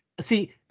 See